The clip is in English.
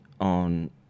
on